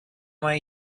way